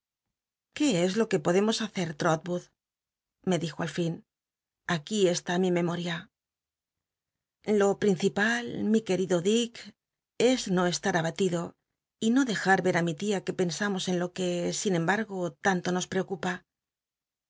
qué es lo que podemos hacer l'rotwood me dijo al lin aquí est i mi memoria lo principal mi queido dick es no estar abatido y no dejar l'er i mi tia que pensamos en lo que sin emb ugo tanto no preocupa